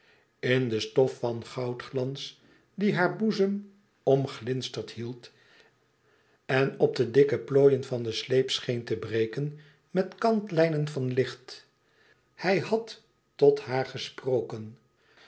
in de stof van goudglans die haar boezem omglinsterd hield en op de dikke plooien van den sleep scheen te breken met kantlijnen van licht hij had tot haar gesproken